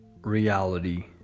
reality